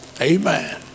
Amen